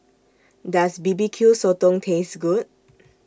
Does B B Q Sotong Taste Good